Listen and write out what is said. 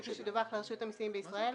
כפי שדווח לרשות המסים בישראל,